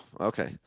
Okay